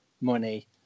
money